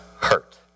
hurt